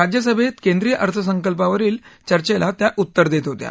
राज्यसभेत केंद्रिय अर्थसंकल्पावरील चर्चेला त्या उत्तर देत होत्या